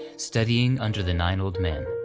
studying under the nine old men.